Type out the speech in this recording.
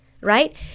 right